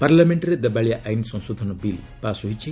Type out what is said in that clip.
ପାର୍ଲାମେଣ୍ଟରେ ଦେବାଳିଆ ଆଇନ୍ ସଂଶୋଧନ ବିଲ୍ ପାସ୍ ହୋଇଛି